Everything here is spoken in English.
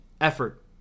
Effort